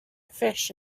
fish